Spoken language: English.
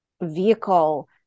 vehicle